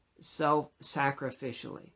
self-sacrificially